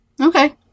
Okay